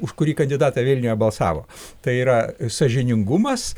už kurį kandidatą vilniuje balsavo tai yra sąžiningumas